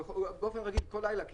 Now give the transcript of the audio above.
באופן רגיל, כל לילה כמעט.